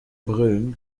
brillen